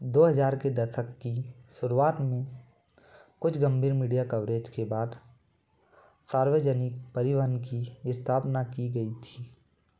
दो हज़ार के दशक की शुरुआत में कुछ गंभीर मीडिया कवरेज के बाद सार्वजनिक परिवहन की स्थापना की गई थी